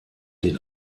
den